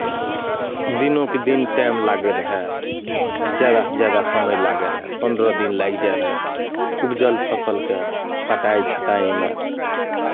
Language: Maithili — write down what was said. दिनोके दिन टाइम लागैत रहै जादासँ जादा समय लागैत रहै पन्द्रह दिन लागि जाइत रहै उपजल फसलके कटाइ छँटाइमे